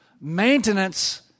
Maintenance